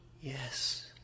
Yes